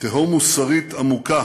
תהום מוסרית עמוקה